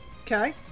Okay